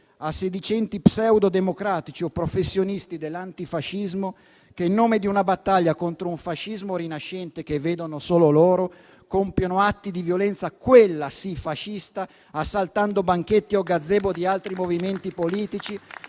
a sedicenti pseudodemocratici o professionisti dell'antifascismo che, in nome di una battaglia contro un fascismo rinascente che vedono solo loro, compiono atti di violenza, quella sì fascista, assaltando banchetti o gazebo di altri movimenti politici,